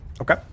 Okay